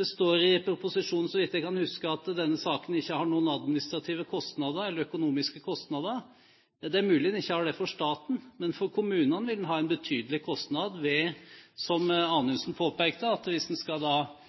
Så vidt jeg kan huske, står det i proposisjonen at denne saken ikke har noen økonomiske kostnader. Det er mulig den ikke har det for staten, men for kommunene vil den ha en betydelig kostnad hvis, som Anundsen påpekte, en faktisk skal betale dem som sitter i stemmelokalene full lønn, gjerne overtid, at de skal